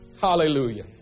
Hallelujah